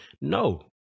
No